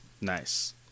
Nice